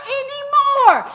anymore